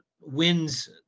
wins